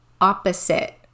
opposite